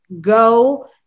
go